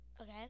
Okay